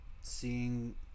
seeing